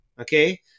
Okay